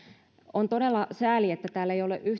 on todella sääli että täällä ei ole yhtään hallituksen